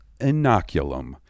inoculum